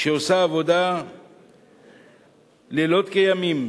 שעושה עבודה לילות כימים